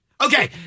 Okay